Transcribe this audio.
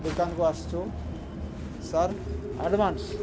ଦୋକାନକୁ ଆସୁଛୁ sir advance